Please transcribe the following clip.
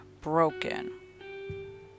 broken